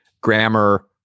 grammar